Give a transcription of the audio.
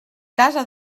casa